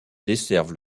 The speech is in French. desservent